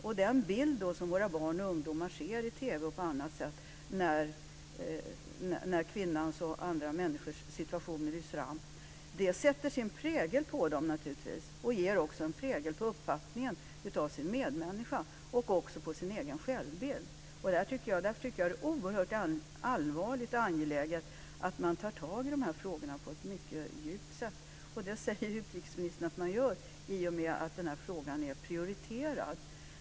Och de bilder som våra barn och ungdomar ser i TV och på annat sätt, där kvinnors och andra människors situationer lyfts fram, sätter naturligtvis sin prägel på dem. Det präglar också uppfattningen om deras medmänniskor och också deras egen självbild. Därför tycker jag att det är oerhört angeläget att man tar tag i de här frågorna på ett mycket djupt sätt. Det säger utrikesministern att man gör i och med att den här frågan är prioriterad.